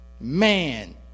Man